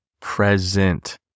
present